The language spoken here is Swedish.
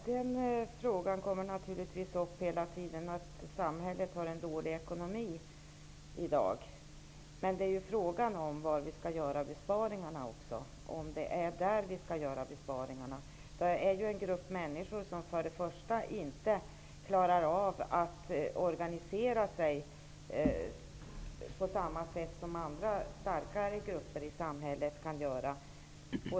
Herr talman! Frågan om samhällets i dag dåliga ekonomi dyker hela tiden upp. Men frågan är var besparingarna skall göras. Det här gäller en grupp människor som först och främst inte klarar av att organisera sig på samma sätt som andra starkare grupper i samhället kan göra.